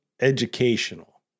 educational